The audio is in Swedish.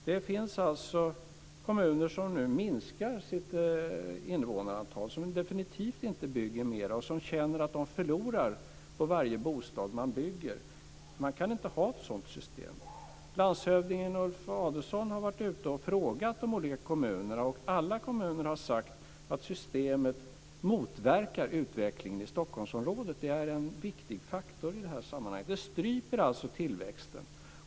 Det finns ju kommuner som nu minskar sitt invånarantal och som definitivt inte bygger mer. De känner att de förlorar på varje bostad som byggs. Det går inte att ha ett sådant system. Landshövding Ulf Adelsohn har varit ute och frågat de olika kommunerna. Alla kommuner har sagt att systemet motverkar utvecklingen i Stockholmsområdet. Detta är en viktig faktor i sammanhanget. Det här stryper tillväxten.